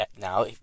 now